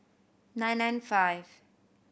nine nine five